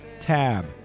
tab